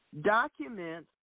documents